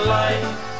life